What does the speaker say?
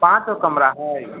पाँच गो कमरा हइ